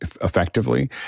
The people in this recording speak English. effectively